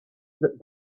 that